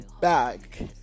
back